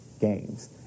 games